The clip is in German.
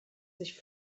sich